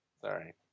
Sorry